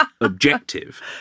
objective